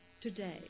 today